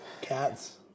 Cats